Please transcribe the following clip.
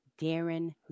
Darren